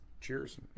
cheers